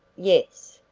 yes.